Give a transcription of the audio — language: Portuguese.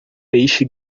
peixe